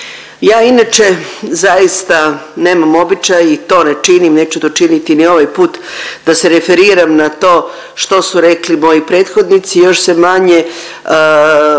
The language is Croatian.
Ja inače zaista nemam običaj i to ne činim, neću to činiti ni ovaj put da se referiram na to što su rekli moji prethodnici. Još se manje, još manje